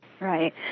Right